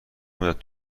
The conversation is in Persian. مدت